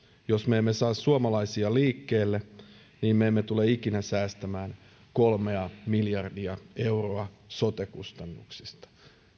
jos me emme saa suomalaisia liikkeelle niin me emme tule ikinä säästämään kolmea miljardia euroa sote kustannuksista